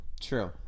True